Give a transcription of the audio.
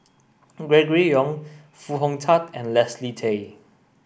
Gregory Yong Foo Hong Tatt and Leslie Tay